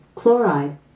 chloride